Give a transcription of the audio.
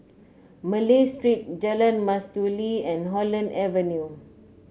Malay Street Jalan Mastuli and Holland Avenue